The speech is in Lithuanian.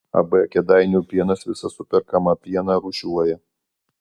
ab kėdainių pienas visą superkamą pieną rūšiuoja